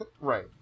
Right